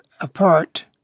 apart